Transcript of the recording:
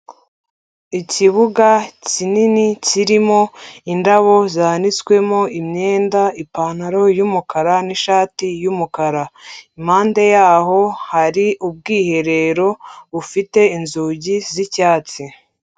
Ikibuga kinini kirimo indabo zanitswemo, imyenda, pantaro y'umukara n'ishati y'umukara, impande yaho hari ubwiherero, bufite inzugi z'icyatsi.